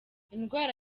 indwara